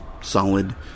solid